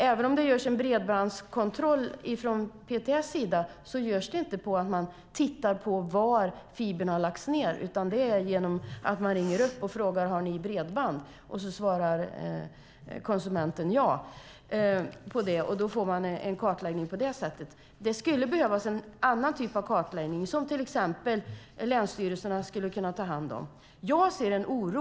Även om det görs en bredbandskontroll från PTS görs det inte genom att man tittar på var fibern har lagts ned, utan det är genom att man ringer upp och frågar: Har ni bredband? Då svarar konsumenten ja på det, och så får man en kartläggning på det sättet. Det skulle behövas en annan typ av kartläggning som till exempel länsstyrelserna skulle kunna ta hand om. Jag ser en oro.